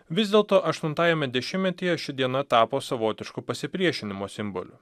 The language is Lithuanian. vis dėlto aštuntajame dešimtmetyje ši diena tapo savotišku pasipriešinimo simboliu